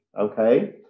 okay